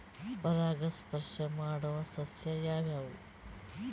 ಪರಾಗಸ್ಪರ್ಶ ಮಾಡಾವು ಸಸ್ಯ ಯಾವ್ಯಾವು?